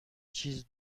چیز